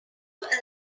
allowed